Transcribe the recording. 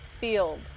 Field